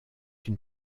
une